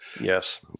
Yes